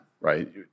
right